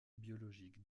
biologique